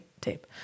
tape